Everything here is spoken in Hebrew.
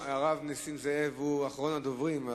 על-פי רוב הרב נסים זאב הוא אחרון הדוברים.